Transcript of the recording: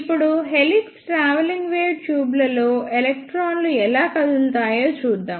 ఇప్పుడు helix travelling wave ట్యూబ్లలో ఎలక్ట్రాన్లు ఎలా కదులుతాయో చూద్దాం